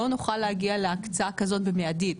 לא נוכל להגיע להקצאה כזאת במיידית.